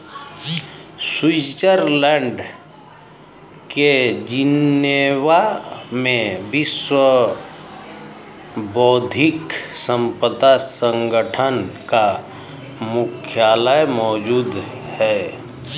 Switzerland के Geneva में विश्व बौद्धिक संपदा संगठन का मुख्यालय मौजूद है